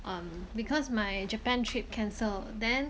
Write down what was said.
um because my Japan trip cancel then